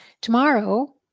tomorrow